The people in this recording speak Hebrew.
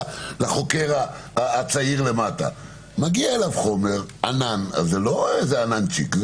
לחוקר הצעיר למטה זה לא איזה עננצ'יק,